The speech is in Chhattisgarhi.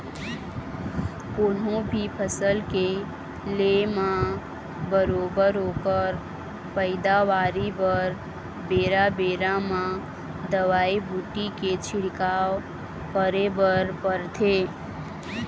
कोनो भी फसल के ले म बरोबर ओखर पइदावारी बर बेरा बेरा म दवई बूटी के छिड़काव करे बर परथे